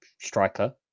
striker